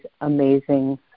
amazing